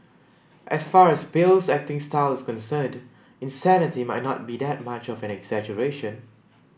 as far as Bale's acting style is concerned insanity might not be that much of an exaggeration